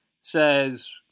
says